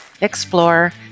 explore